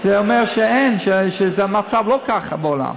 זה אומר שאין, שהמצב לא ככה בעולם.